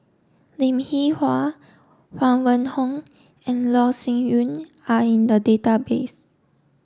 Lim Hwee Hua Huang Wenhong and Loh Sin Yun are in the database